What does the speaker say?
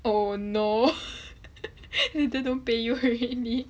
oh no later don't pay you already